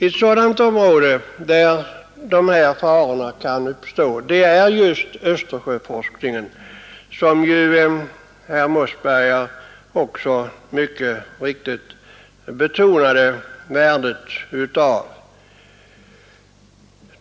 Ett område där sådana faror kan uppstå är Östersjöforskningen, som herr Mossberger betonade värdet av.